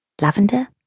Lavender